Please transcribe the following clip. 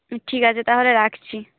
ঠিক আছে তাহলে রাখছি